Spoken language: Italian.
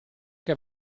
che